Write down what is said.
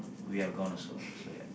we are gone also so ya